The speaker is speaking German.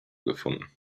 gefunden